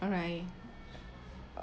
alright